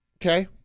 okay